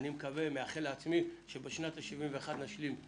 ואני מאחל לעצמי ומקווה שבשנת ה-71 נשלים,